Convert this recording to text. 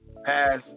pass